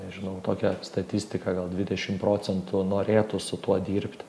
nežinau tokią statistiką gal dvidešim procentų norėtų su tuo dirbti